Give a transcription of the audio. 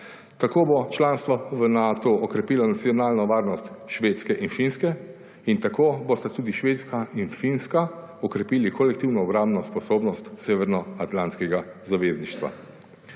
Tako bo članstvo v Natu okrepilo nacionalno varnost Švedske in Finske in tako bosta tudi Švedska in Finska okrepili kolektivno obrambno sposobnost severnoatlantskega zavezništva.